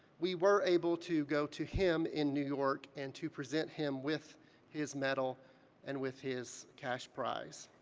we were able to go to him in new york and to present him with his medal and with his cash prize.